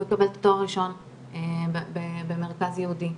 הוא יקבל את התור הראשון במרכז ייעודי.